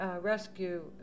Rescue